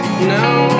No